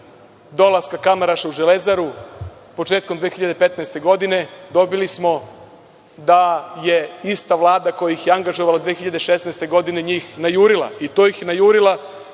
dolaska Kamaraša u „Železaru“ početkom 2015. godine? Dobili smo da je ista Vlada koja ih je angažovala 2016. godine najurila i to ih najurila